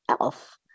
elf